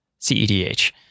CEDH